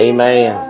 Amen